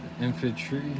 Infantry